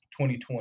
2020